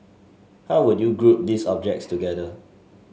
how would you group these objects together